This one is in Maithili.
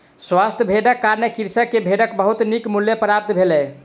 स्वस्थ भेड़क कारणें कृषक के भेड़क बहुत नीक मूल्य प्राप्त भेलै